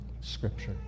scripture